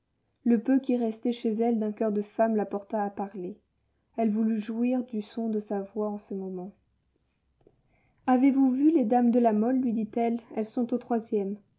le peu qui restait chez elle d'un coeur de femme la porta à parler elle voulut jouir du son de sa voix en ce moment avez-vous vu les dames de la mole lui dit-elle elles sont aux troisièmes